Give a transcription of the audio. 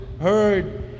heard